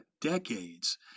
decades